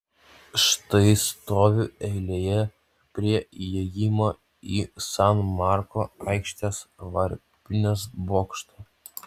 štai stoviu eilėje prie įėjimo į san marko aikštės varpinės bokštą